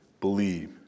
believe